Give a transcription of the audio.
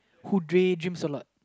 who daydreams a lot